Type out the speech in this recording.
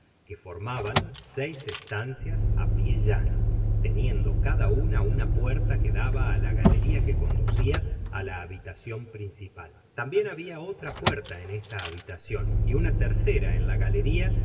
que formaban seis estancias á pio llauo teniendo cada una una puerta que daba á la galeria que conducia á la habitacion principal tambien babia otra puerta en esta habitacion y una tercera en la galeria que